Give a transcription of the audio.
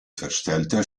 verstellter